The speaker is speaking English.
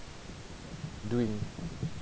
doing